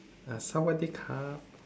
sawatdeekhap